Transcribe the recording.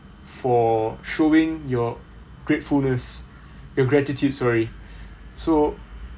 for showing your gratefulness your gratitude sorry so